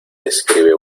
describe